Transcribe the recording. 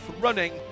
running